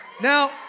now